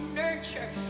nurture